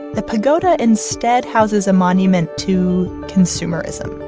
the pagoda instead houses a monument to consumerism.